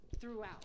throughout